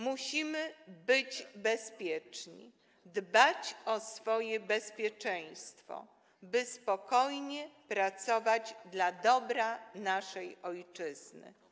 Musimy być bezpieczni, dbać o swoje bezpieczeństwo, by spokojnie pracować dla dobra naszej ojczyzny.